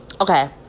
Okay